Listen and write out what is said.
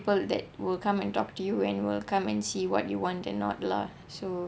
that will come and talk to you and will come and see what you want and not lah so